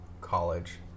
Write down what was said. college